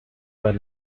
where